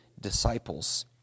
disciples